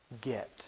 get